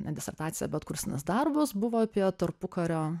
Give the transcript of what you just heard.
ne disertacija bet kursinis darbas buvo apie tarpukario